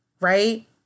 right